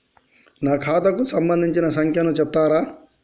నా ఖాతా కు సంబంధించిన సంఖ్య ను చెప్తరా?